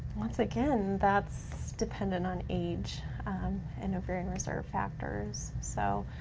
once again, that's dependent on age and ovarian reserve factors. so,